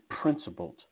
principled